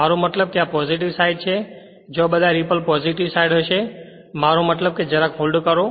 મારો મતલબ કે તે પોજીટીવ સાઈડ છે જ્યાં બધા રીપલ પોજીટીવ સાઈડ હશે મારો મતલબ કે જરાક હોલ્ડ કરો